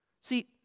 See